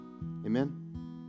Amen